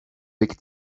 big